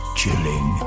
chilling